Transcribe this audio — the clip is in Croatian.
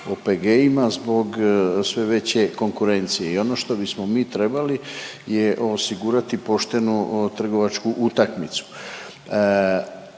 zbog sve veće konkurencije i ono što bismo mi trebali je osigurati poštenu trgovačku utakmicu.